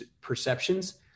perceptions